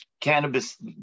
cannabis